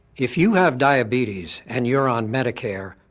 if you have diabetes and you're on medicare,